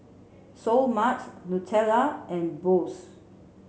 Seoul Mart Nutella and Bose